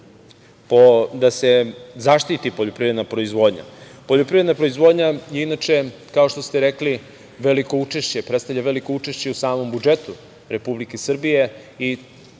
da se zaštiti poljoprivredna proizvodnja. Poljoprivredna proizvodnja, kao što ste rekli, predstavlja veliko učešće u samom budžetu Republike Srbije i